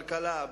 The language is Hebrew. כלכלה,